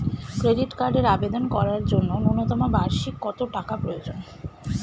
Credit কার্ডের আবেদন করার জন্য ন্যূনতম বার্ষিক কত টাকা প্রয়োজন?